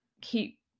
keep